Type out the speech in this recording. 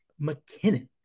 McKinnon